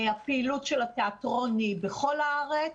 הפעילות של התיאטרון היא בכל הארץ.